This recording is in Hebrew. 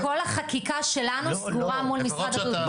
כל החקיקה שלנו סגורה מול משרד הבריאות.